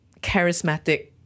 charismatic